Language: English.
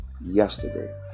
yesterday